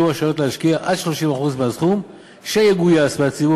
שיהיו רשאיות להשקיע עד 30% מהסכום שיגויס מהציבור